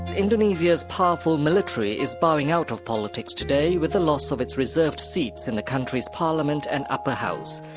indonesia's powerful military is bowing out of politics today with the loss of its reserved seats in the country's parliament and upper house.